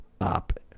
up